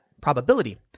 probability